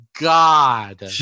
God